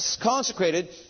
consecrated